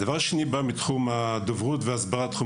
הדבר השני בא מתחום הדוברות וההסברה תחום